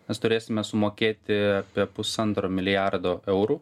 nes turėsime sumokėti apie pusantro milijardo eurų